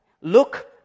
Look